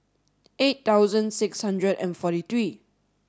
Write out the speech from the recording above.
eight thousand six hundred and forty three